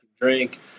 drink